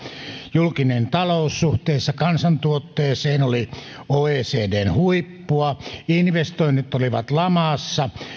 julkinen talous suhteessa kansantuotteeseen oli oecdn huippua investoinnit olivat lamassa